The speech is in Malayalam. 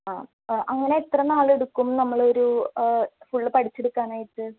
ആ അങ്ങനെ എത്രനാളെടുക്കും നമ്മളൊരു ഫുൾ പഠിച്ചെടുക്കാനായിട്ട്